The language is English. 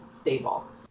stable